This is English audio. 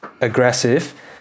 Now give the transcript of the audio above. aggressive